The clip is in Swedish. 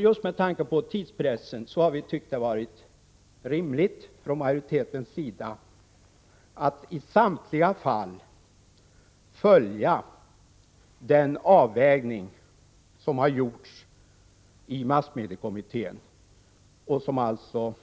Just med tanke på tidspressen har vi från majoritetens sida ansett det vara rimligt att i samtliga fall följa den avvägning som har gjorts i massmediekommittén. Denna avvägning har